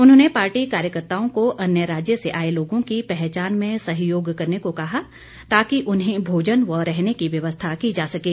उन्होंने पार्टी कार्यकताओं को अन्य राज्य से आए लोगों की पहचान में सहयोग करने को कहा ताकि उन्हें भोजन व रहने की व्यवस्था की जा सकें